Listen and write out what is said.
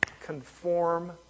conform